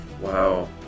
Wow